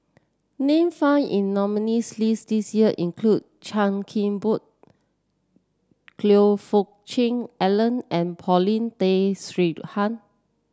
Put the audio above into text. name found in nominees' list this year include Chan Kim Boon Fook Cheong Alan and Paulin Tay Straughan